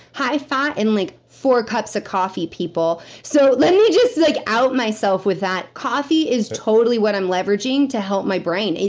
high fat, and like, four cups of coffee people. so, let me just like out myself with that. coffee is totally what i'm leveraging, to help my brain.